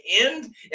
end